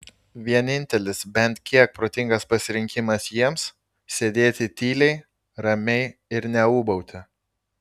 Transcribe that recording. vienintelis bent kiek protingas pasirinkimas jiems sėdėti tyliai ramiai ir neūbauti